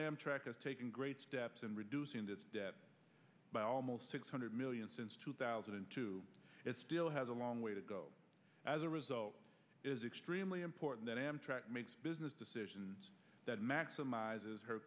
amtrak has taken great steps in reducing this debt by almost six hundred million since two thousand and two it still has a long way to go as a result is extremely important that amtrak makes business decisions that maximizes her